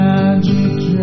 Magic